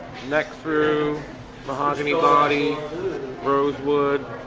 neck through mahogany body rosewood